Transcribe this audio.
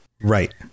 Right